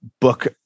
book